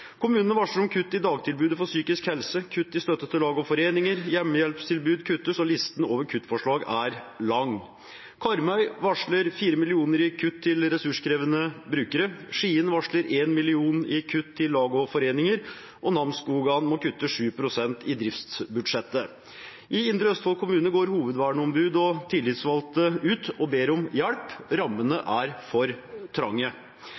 Kommunene varsler om kutt i dagtilbudet innenfor psykisk helse, kutt i støtte til lag og foreninger, hjemmehjelpstilbud kuttes – listen over kuttforslag er lang. Karmøy varsler 4 mill. kr i kutt til ressurskrevende brukere. Skien varsler 1 mill. kr i kutt til lag og foreninger. Namsskogan må kutte 7 pst. i driftsbudsjettet. I Indre Østfold kommune går hovedverneombud og tillitsvalgte ut og ber om hjelp, rammene er for trange.